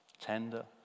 tender